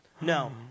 No